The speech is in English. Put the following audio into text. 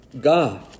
God